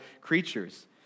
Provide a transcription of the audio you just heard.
creatures